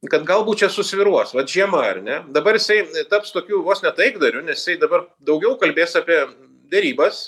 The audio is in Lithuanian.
kad galbūt čia susvyruos vat žiema ar ne dabar jisai taps tokiu vos ne taikdariu nes jisai dabar daugiau kalbės apie derybas